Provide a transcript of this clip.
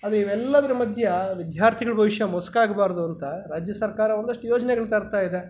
ಅದು ಇವೆಲ್ಲದ್ರ ಮಧ್ಯೆ ವಿದ್ಯಾರ್ಥಿಗಳ ಭವಿಷ್ಯ ಮಸುಕಾಗ್ಬಾರ್ದು ಅಂತ ರಾಜ್ಯ ಸರ್ಕಾರ ಒಂದಷ್ಟು ಯೋಜ್ನೆಗಳು ತರ್ತಾ ಇದೆ